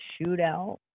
shootout